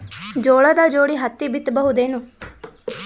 ಜೋಳದ ಜೋಡಿ ಹತ್ತಿ ಬಿತ್ತ ಬಹುದೇನು?